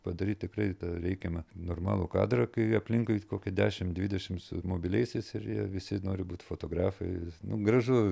padaryt tikrai tą reikiamą normalų kadrą kai aplinkui kokį dešimt dvidešimt su mobiliaisiais ir jie visi nori būt fotografais nu gražu